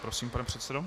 Prosím, pane předsedo.